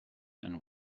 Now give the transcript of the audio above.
and